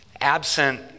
absent